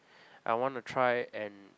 I wanna try and